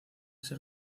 ser